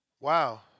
Wow